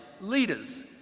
leaders